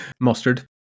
Mustard